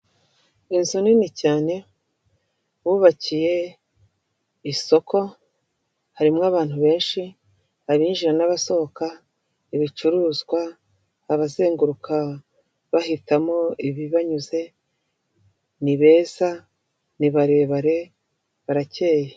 Inzu nini cyane bubakiye isoko, harimo abantu benshi abinjira n'abasohoka, ibicuruzwa, abazenguruka bahitamo ibibanyuze; ni beza, ni barebare, barakeye.